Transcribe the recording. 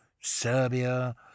Serbia